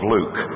Luke